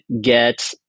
get